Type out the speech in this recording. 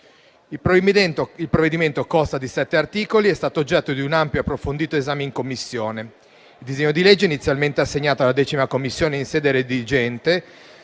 Il provvedimento costa di sette articoli ed è stato oggetto di un ampio ed approfondito esame in Commissione. Il disegno di legge, inizialmente assegnato alla 10ª Commissione in sede redigente,